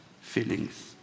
feelings